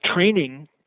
training